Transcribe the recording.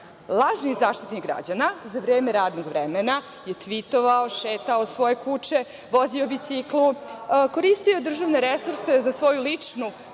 dan? Lažni Zaštitnik građana za vreme radnog vremena je tvitovao, šetao svoje kuče, vozio biciklu, koristio državne resurse za svoju ličnu